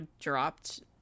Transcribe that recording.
dropped